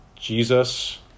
Jesus